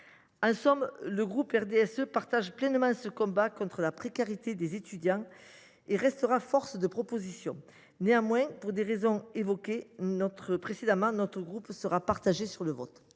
En somme, le groupe du RDSE partage pleinement le combat contre la précarité des étudiants et restera force de propositions. Néanmoins, pour les raisons évoquées précédemment, les votes des membres de notre